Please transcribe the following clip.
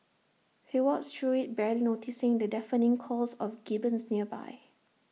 he walks through IT barely noticing the deafening calls of gibbons nearby